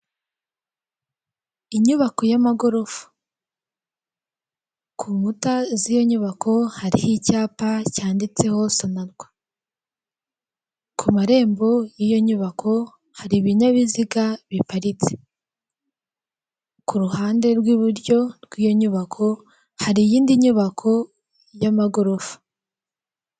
Inyubako y'amagorofa, k'inkuta z'iyo nyubako hariho icyapa cyanditseho sonorwa, ku marembo y'iyo nyubako hari ibinyabiziga biparitse kuhande rw'iburyo rw'iyo nyubako hari iyinindi nyubako y'amagorofa.